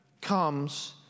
comes